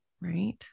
Right